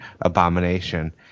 abomination